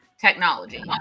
technology